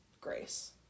grace